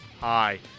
Hi